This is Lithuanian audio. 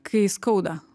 kai skauda